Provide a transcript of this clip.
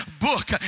book